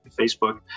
facebook